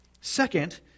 Second